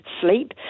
sleep